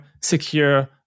secure